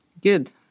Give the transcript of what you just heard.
good